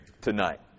tonight